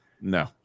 No